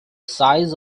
size